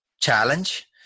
challenge